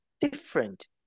different